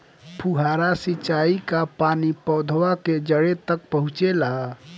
फुहारा सिंचाई का पानी पौधवा के जड़े तक पहुचे ला?